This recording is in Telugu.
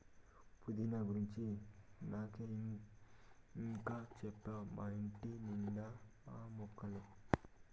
పుదీనా గురించి నాకే ఇం గా చెప్తావ్ మా ఇంటి నిండా ఆ మొక్కలే